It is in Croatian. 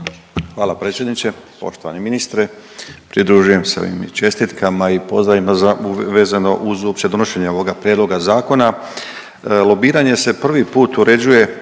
Hvala predsjedniče. Poštovani ministre, pridružujem se ovim čestitkama i pozdravima za, vezano uz uopće donošenje ovoga prijedloga zakona. Lobiranje se prvi put uređuje